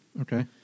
Okay